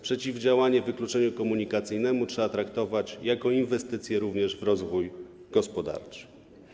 Przeciwdziałanie wykluczeniu komunikacyjnemu trzeba traktować jako inwestycję również w rozwój gospodarczy.